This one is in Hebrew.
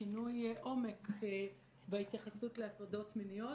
שינוי עומק בהתייחסות להטרדות מיניות.